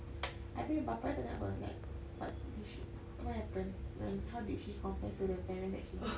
habis bapa dia tak ada apa like what did she what happened when how did she confess to her parents that she's